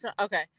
Okay